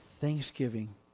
Thanksgiving